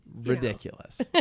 ridiculous